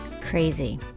Crazy